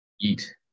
Eat